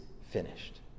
finished